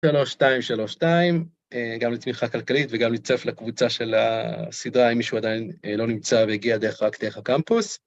3-2-3-2, גם לצמיחה כלכלית וגם להצטרף לקבוצה של הסדרה, אם מישהו עדיין לא נמצא והגיע דרך רק דרך הקמפוס.